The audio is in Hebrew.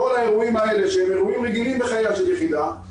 כל האירועים האלה שהם אירועים רגילים בחייה של יחידה,